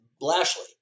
Lashley